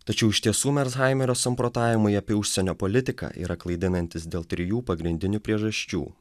tačiau iš tiesų mershaimerio samprotavimai apie užsienio politiką yra klaidinantys dėl trijų pagrindinių priežasčių